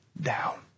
down